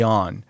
on